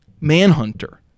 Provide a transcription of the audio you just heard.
Manhunter